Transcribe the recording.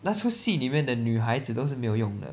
那出戏里面的女孩子都是没有用的